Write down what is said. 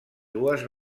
dues